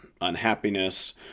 unhappiness